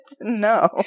No